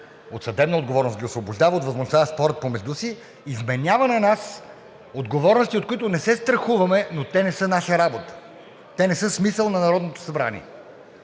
от съдебна отговорност, освобождава ги от възможността да спорят помежду си и вменява на нас отговорности, от които не се страхуваме, но те не са наша работа, те не са смисъл на Народното събрание.